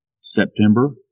September